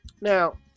Now